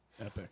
Epic